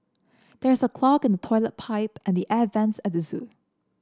there is a clog in toilet pipe and the air vents at the zoo